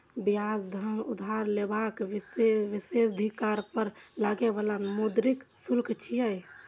ब्याज धन उधार लेबाक विशेषाधिकार पर लागै बला मौद्रिक शुल्क छियै